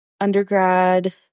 undergrad